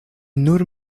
nur